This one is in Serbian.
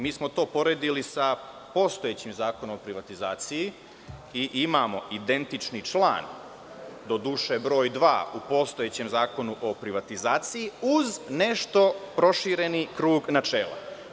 Mi smo to poredili sa postojećim Zakonom o privatizaciji i imamo identični član, doduše broj 2. u postojećem Zakonu o privatizaciji uz nešto prošireni krug načela.